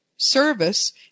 service